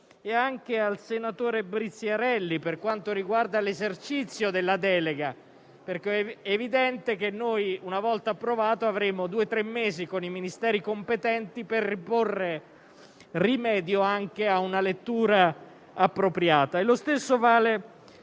e al senatore Briziarelli, per quanto riguarda l'esercizio della delega, perché è evidente che, una volta approvato, avremo due tre mesi con i Ministeri competenti per porre rimedio anche a una lettura appropriata. Lo stesso vale